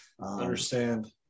understand